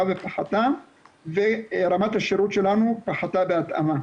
ופחתה ורמת השירות שלנו פחתה בהתאמה.